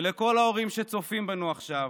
לכל ההורים שצופים בנו עכשיו,